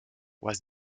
was